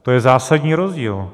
To je zásadní rozdíl.